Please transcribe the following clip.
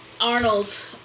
Arnold